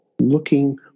looking